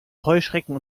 heuschrecken